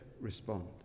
respond